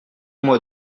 moi